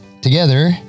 together